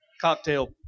cocktail